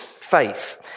faith